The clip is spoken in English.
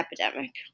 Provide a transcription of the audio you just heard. epidemic